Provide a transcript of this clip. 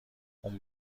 اون